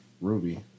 Ruby